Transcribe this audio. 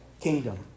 kingdom